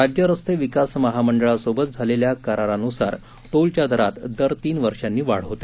राज्य रस्ते विकास महामंडळासोबत झालेल्या करारानुसार टोलच्या दरात दर तीन वर्षांनी वाढ होते